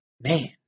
man